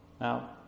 Now